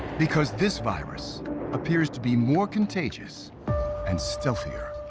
because this virus appears to be more contagious and stealthier.